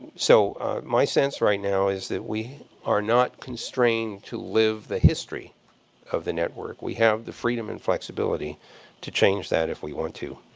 so my sense right now is that we are not constrained to live the history of the network. we have the freedom and flexibility to change that if we want to.